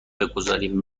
بگذاریم